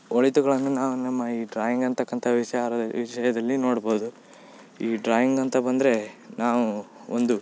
ಒಳಿತುಗಳನ್ನು ನಾವು ನಮ್ಮ ಈ ಡ್ರಾಯಿಂಗ್ ಅನ್ತಕ್ಕಂಥ ವಿಚಾರ ವಿಷಯದಲ್ಲಿ ನೋಡ್ಬೋದು ಈ ಡ್ರಾಯಿಂಗ್ ಅಂತ ಬಂದರೆ ನಾವು ಒಂದು